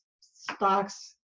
stocks